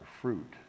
fruit